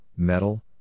metal